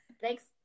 Thanks